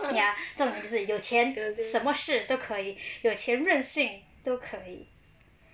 ya 重点是有钱什么事都可以有钱任性都可以